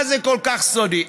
מה זה כל כך סודי?